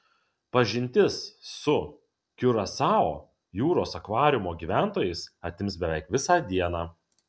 pažintis su kiurasao jūros akvariumo gyventojais atims beveik visą dieną